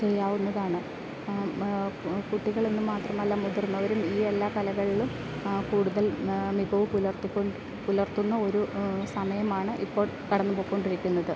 ചെയ്യാവുന്നതാണ് അത് കുട്ടികളെന്ന് മാത്രമല്ല മുതിർന്നവരും ഈ എല്ലാ കലകൾ ആ കൂടുതൽ മികവ് പുലർത്തിക്കൊണ്ട് പുലർത്തുന്ന ഒരു സമയമാണ് ഇപ്പോൾ കടന്നു പോയിക്കൊണ്ടിരിക്കുന്നത്